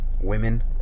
women